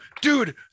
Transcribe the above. dude